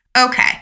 Okay